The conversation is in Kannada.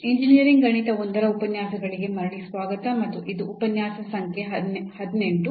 ಇಂಜಿನಿಯರಿಂಗ್ ಗಣಿತ 1 ರ ಉಪನ್ಯಾಸಗಳಿಗೆ ಮರಳಿ ಸ್ವಾಗತ ಮತ್ತು ಇದು ಉಪನ್ಯಾಸ ಸಂಖ್ಯೆ 18